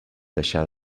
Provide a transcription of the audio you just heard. deixar